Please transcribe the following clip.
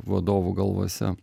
vadovų galvose